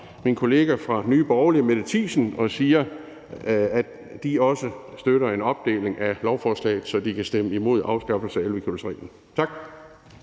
min kollega fra Nye Borgerlige Mette Thiesen og sige, at de også støtter en opdeling af lovforslaget, så de kan stemme imod afskaffelsen af 11-kilosreglen. Tak.